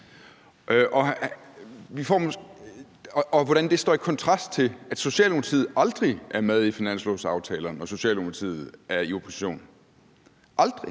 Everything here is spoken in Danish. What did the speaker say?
og hvordan det står i kontrast til, at Socialdemokratiet aldrig er med i finanslovsaftalerne, når Socialdemokratiet er i opposition – aldrig,